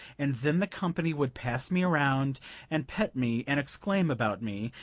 and then the company would pass me around and pet me and exclaim about me,